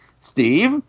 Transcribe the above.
Steve